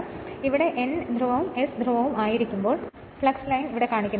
ഇപ്പോൾ ഇവിടെ ഇത് N S ധ്രുവങ്ങൾ ആയിരിക്കുമ്പോൾ ഫ്ലക്സ് ലൈൻ ഇവിടെ കാണിക്കുന്നു